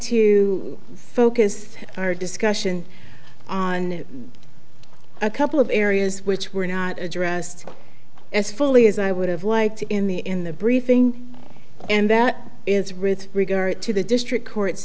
to focus our discussion on a couple of areas which were not addressed as fully as i would have liked in the in the briefing and that is ruth regard to the district court